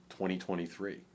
2023